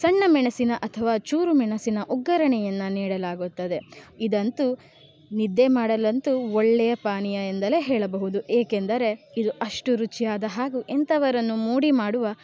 ಸಣ್ಣ ಮೆಣಸಿನ ಅಥವಾ ಚೂರು ಮೆಣಸಿನ ಒಗ್ಗರಣೆಯನ್ನು ನೀಡಲಾಗುತ್ತದೆ ಇದಂತೂ ನಿದ್ದೆ ಮಾಡಲಂತೂ ಒಳ್ಳೆಯ ಪಾನೀಯ ಎಂತಲೇ ಹೇಳಬಹುದು ಏಕೆಂದರೆ ಇದು ಅಷ್ಟು ರುಚಿಯಾದ ಹಾಗೂ ಎಂಥವರನ್ನೂ ಮೋಡಿ ಮಾಡುವ